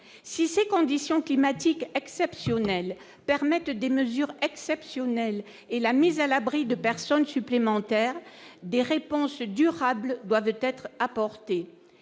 si ces conditions climatiques exceptionnelles permettent des mesures exceptionnelles et la mise à l'abri de personnes supplémentaires des réponses durables doit peut-être apporter